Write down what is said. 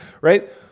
right